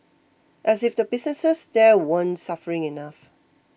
as if the businesses there weren't suffering enough